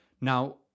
Now